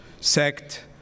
sect